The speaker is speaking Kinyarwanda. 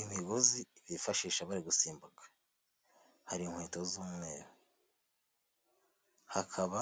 Imigozi bifashisha bari gusimbuka, hari inkweto z'umweru, hakaba